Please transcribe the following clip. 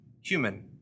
human